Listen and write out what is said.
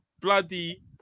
bloody